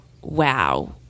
wow